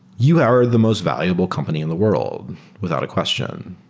you are the most valuable company in the world without a question.